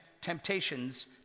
temptations